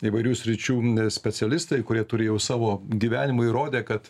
įvairių sričių specialistai kurie turi jau savo gyvenimu įrodė kad